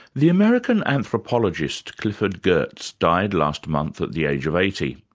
the american anthropologist clifford geertz died last month at the age of eighty.